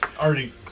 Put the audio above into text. Already